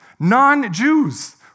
Non-Jews